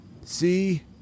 See